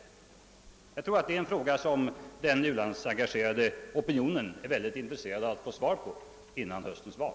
Jag tror det är en fråga som den u-landsengagerade opinionen är mycket intresserad av att få svar på före höstens val.